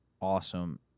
awesome